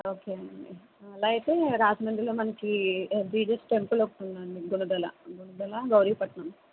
okay అండి అలా అయితే రాజమండ్రిలో మనకి జీసస్ టెంపుల్ ఒకటి ఉందండి గుణదల గుణదల గౌరీపట్నం